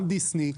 גם "דיסני".